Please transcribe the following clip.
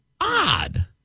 odd